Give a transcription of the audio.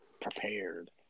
prepared